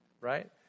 right